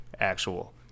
actual